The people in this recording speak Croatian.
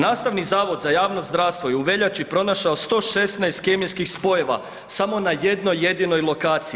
Nastavni Zavod za javno zdravstvo je u veljači pronašao 116 kemijskih spojeva samo na jednoj jedinoj lokaciji.